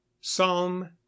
psalm